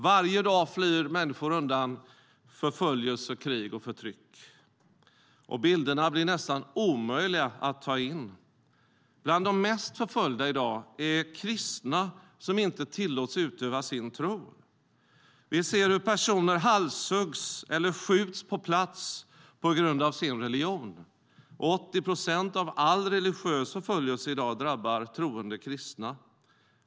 Varje dag flyr människor undan förföljelse, krig och förtryck. Bilderna blir nästan omöjliga att ta in. Bland de mest förföljda i dag är kristna, som inte tillåts utöva sin tro. Vi ser hur personer halshuggs eller skjuts på plats på grund av sin religion. 80 procent av all religiös förföljelse i dag drabbar troende kristna.